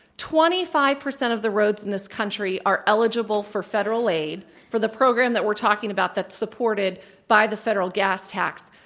twenty-five percent of the roads in this country are eligible for federal aid for the program that we're talking about that's supported by the federal gas tax.